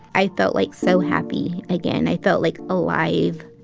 i felt like so happy again. i felt like alive.